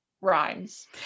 rhymes